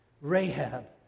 Rahab